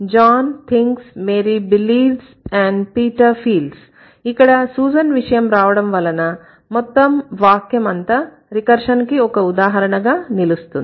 John thinks Mary believes and Peter feels ఇక్కడ susan విషయం రావడం వలన మొత్తం వాక్యం అంతా రికర్షన్ కి ఒక ఉదాహరణగా నిలుస్తుంది